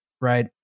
right